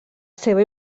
seva